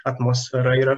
atmosfera yra